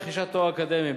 רכישת תואר אקדמי,